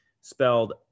spelled